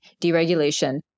deregulation